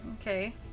Okay